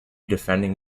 defending